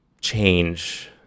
change